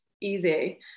easy